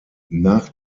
nach